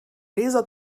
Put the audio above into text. laser